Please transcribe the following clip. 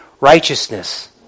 righteousness